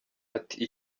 ati